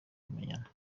kumenyana